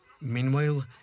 Meanwhile